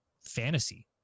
fantasy